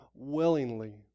willingly